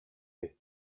үһү